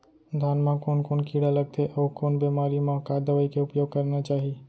धान म कोन कोन कीड़ा लगथे अऊ कोन बेमारी म का दवई के उपयोग करना चाही?